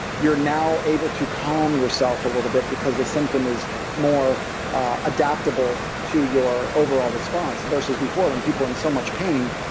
you're now able to calm yourself a little bit because the symptom is more adaptable to your overall response, versus before when people were in so much pain,